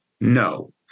No